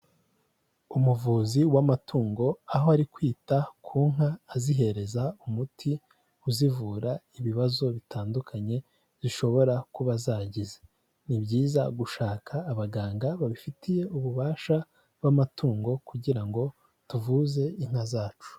Umuvuzi w'amatungo aho ari kwita ku nka azihereza umuti uzivura ibibazo bitandukanye zishobora kuba zagize, ni byiza gushaka abaganga babifitiye ububasha bw'amatungo kugira ngo tuvuze inka zacu.